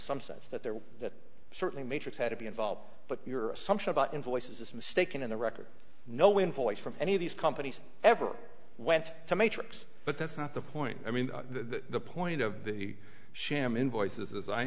some sense that there were that certainly matrix had to be involved but your assumption about invoices is mistaken in the record no invoice from any of these companies ever went to matrix but that's not the point i mean the point of the sham invoices as i